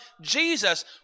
Jesus